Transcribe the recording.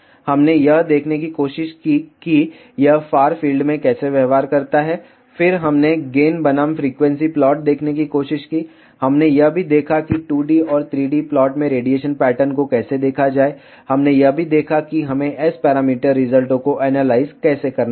हमने यह देखने की कोशिश की कि यह फार फील्ड में कैसे व्यवहार करता है फिर हमने गेन बनाम फ्रीक्वेंसी प्लॉट देखने की कोशिश की हमने यह भी देखा कि 2 D और 3 D प्लॉट में रेडिएशन पैटर्न को कैसे देखा जाए हमने यह भी देखा कि हमें S पैरामीटर रिजल्टों को एनालाइज कैसे करना चाहिए